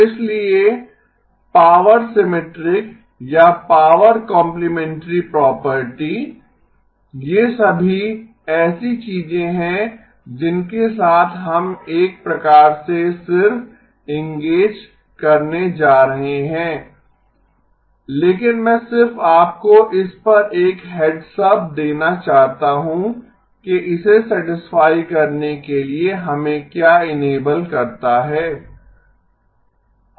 इसलिए power symmetric या power complementary property ये सभी ऐसी चीजें हैं जिनके साथ हम एक प्रकार से सिर्फ एंगेज करने जा रहे हैं लेकिन मैं सिर्फ आपको इस पर एक हेड्स अप देना चाहता हूं कि इसे सैटिस्फाई करनें के लिए कि हमें क्या इनेबल करता है